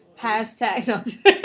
Hashtag